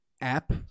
app